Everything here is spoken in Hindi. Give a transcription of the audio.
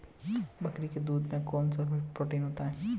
बकरी के दूध में कौनसा प्रोटीन होता है?